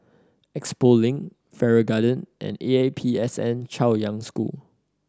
Expo Link Farrer Garden and A P S N Chaoyang School